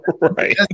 right